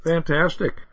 Fantastic